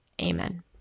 amen